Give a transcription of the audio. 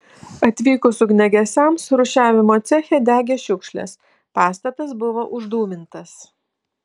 atvykus ugniagesiams rūšiavimo ceche degė šiukšlės pastatas buvo uždūmintas